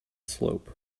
slope